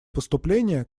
поступления